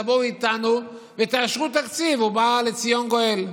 תבואו איתנו ותאשרו תקציב ובא לציון גואל.